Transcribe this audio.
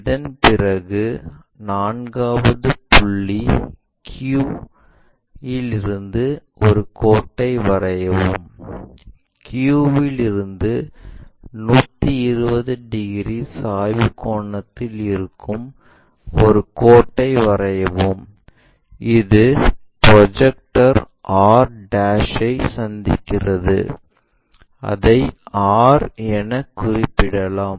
அதன் பிறகு நான்காவது புள்ளி q இலிருந்து ஒரு கோட்டை வரையவும் q இல் இருந்து 120 டிகிரி சாய்வு கோணத்தில் இருக்கும் ஒரு கோட்டை வரையவும் இது ப்ரொஜெக்டர் r ஐ சந்திக்கிறது அதை r எனக் குறிப்பிடலாம்